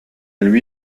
lui